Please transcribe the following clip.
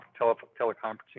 teleconferencing